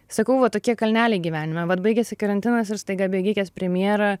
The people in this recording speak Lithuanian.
sakau va tokie kalneliai gyvenime vat baigėsi karantinas ir staiga bėgikės premjera